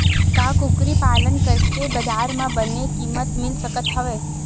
का कुकरी पालन करके बजार म बने किमत मिल सकत हवय?